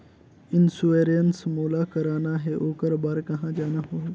Insurance मोला कराना हे ओकर बार कहा जाना होही?